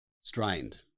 strained